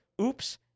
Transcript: oops